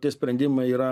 tie sprendimai yra